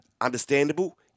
understandable